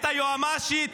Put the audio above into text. את היועמ"שית,